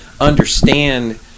understand